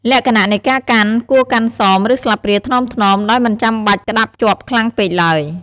លក្ខណៈនៃការកាន់ គួរកាន់សម ឬស្លាបព្រាថ្នមៗ ដោយមិនចាំបាច់ក្ដាប់ជាប់ខ្លាំងពេកឡើយ។